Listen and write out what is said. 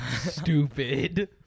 stupid